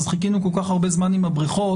אז חיכינו כל כך הרבה זמן עם הבריכות,